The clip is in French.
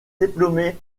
diplômé